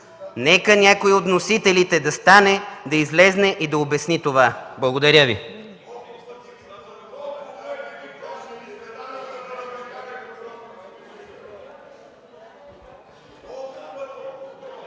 Нека някой от вносителите да стане, да излезе и да обясни това. Благодаря Ви.